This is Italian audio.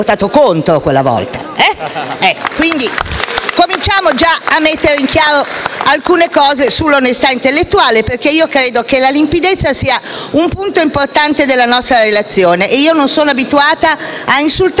PD)*. Cominciamo a mettere in chiaro alcune cose sull'onestà intellettuale, perché io credo che la limpidezza sia un punto importante della nostra relazione; inoltre io non sono abituata a insultare e non vorrei essere insultata,